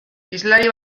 hizlari